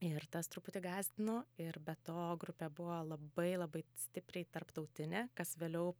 ir tas truputį gąsdino ir be to grupė buvo labai labai stipriai tarptautinė kas vėliau